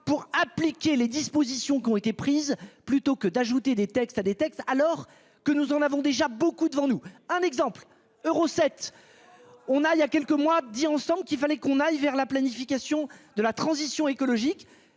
pour appliquer les dispositions qui ont été prises plutôt que d'ajouter des textes à des textes alors que nous en avons déjà beaucoup de vent nous un exemple euros 7. On a il y a quelques mois dit ensemble qu'il fallait qu'on aille vers la planification de la transition écologique